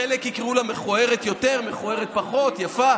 חלק יקראו לה מכוערת יותר, מכוערת פחות, יפה,